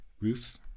Roof